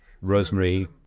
rosemary